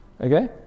Okay